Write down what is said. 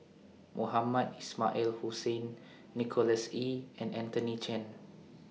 Mohamed Ismail Hussain Nicholas Ee and Anthony Chen